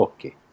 Okay